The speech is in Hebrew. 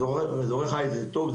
אזורי חיץ זה טוב,